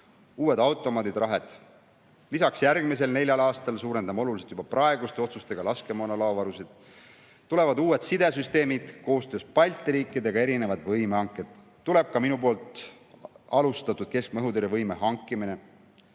uued automaadid Rahed. Lisaks, järgmisel neljal aastal suurendame oluliselt juba praeguste otsustega laskemoona laovarusid. Tulevad uued sidesüsteemid, koostöös Balti riikidega erinevad võimehanked. Tuleb ka minu alustatud keskmaa õhutõrje võime hankimine.